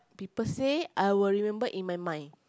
people say I will remember in my mind